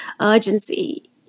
urgency